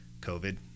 COVID